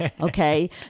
Okay